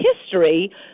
history